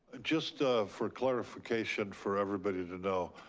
just ah for clarification for everybody to know,